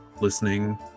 listening